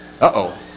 Uh-oh